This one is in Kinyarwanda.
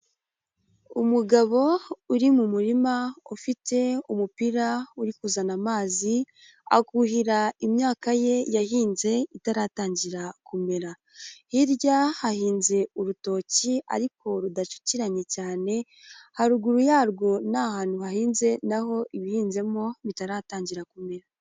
Umugabo, uri mu murima ufite umupira uri kuzana amazi, akuhira imyaka ye yahinze itaratangira kumera. Hirya hahinze urutoki ariko rudacakiranye cyane, haruguru yarwo ni ahantu hahinze naho ibihinzemo bitaratangira kumera.